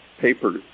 papers